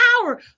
power